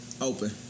Open